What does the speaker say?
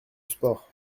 sport